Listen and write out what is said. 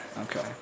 Okay